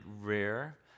rare